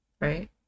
right